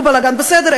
או בלגן בסדר,